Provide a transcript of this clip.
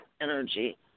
energy